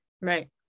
right